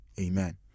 Amen